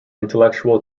intellectual